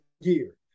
year